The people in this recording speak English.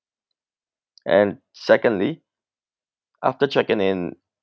and secondly after checking in